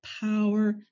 power